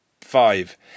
five